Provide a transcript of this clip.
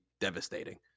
devastating